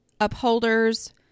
upholders